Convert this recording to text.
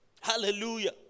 Hallelujah